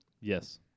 Yes